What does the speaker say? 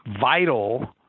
vital